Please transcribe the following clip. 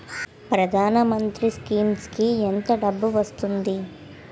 ప్రధాన మంత్రి స్కీమ్స్ కీ ఎంత డబ్బు వస్తుంది?